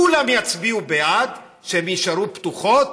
כולם יצביעו בעד שהן יישארו פתוחות,